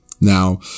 ...now